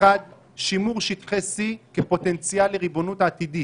שימור שטחי C כפוטנציאל לריבונות עתידית